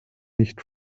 nicht